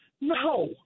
No